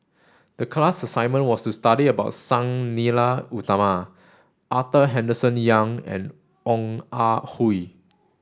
the class assignment was to study about Sang Nila Utama Arthur Henderson Young and Ong Ah Hoi